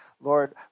Lord